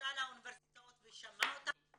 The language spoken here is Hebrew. בכלל האוניברסיטאות ושמעה אותם,